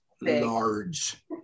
large